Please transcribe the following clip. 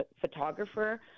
photographer